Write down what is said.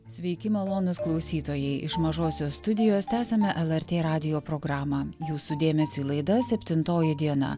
sveiki malonūs klausytojai iš mažosios studijos tęsiame lrt radijo programą jūsų dėmesiui laida septintoji diena